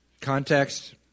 context